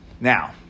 Now